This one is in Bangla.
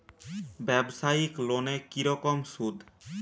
ব্যবসায়িক লোনে কি রকম সুদ?